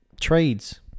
Trades